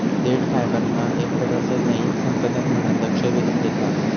देठ फायबरना येक प्रकारचा नयीन संसाधन म्हणान लक्ष वेधून घेतला आसा